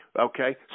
Okay